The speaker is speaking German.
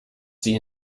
sie